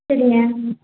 சரிங்க